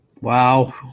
Wow